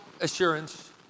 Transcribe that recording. assurance